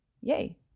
Yay